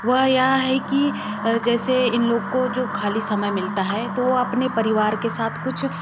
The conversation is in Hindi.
वह यह है कि जैसे इन लोग को जो खाली समय मिलता है तो वो अपने परिवार के साथ कुछ